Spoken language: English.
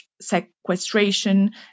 sequestration